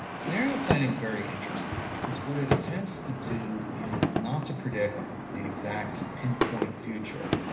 scenario planning is very interesting because what it attempts to do is not to predict the exact pinpoint future,